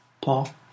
Paul